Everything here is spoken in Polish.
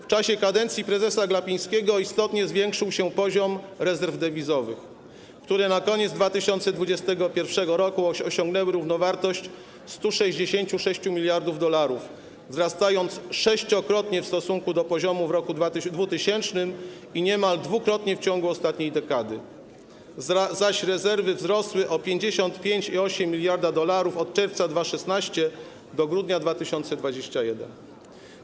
W czasie kadencji prezesa Glapińskiego istotnie zwiększył się poziom rezerw dewizowych, które na koniec 2021 r. osiągnęły równowartość 166 mld dolarów, wzrastając sześciokrotnie w stosunku do poziomu w roku 2000 i niemal dwukrotnie w ciągu ostatniej dekady, zaś rezerwy wzrosły o 55,8 mld dolarów od czerwca 2016 r. do grudnia 2021 r.